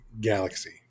galaxy